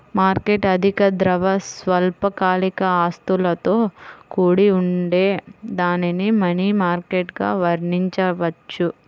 market అధిక ద్రవ, స్వల్పకాలిక ఆస్తులతో కూడి ఉంటే దానిని మనీ మార్కెట్గా వర్ణించవచ్చు